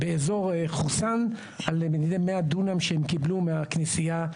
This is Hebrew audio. באזור חוסן על-ידי 100 דונם שהם קיבלו מהכנסייה.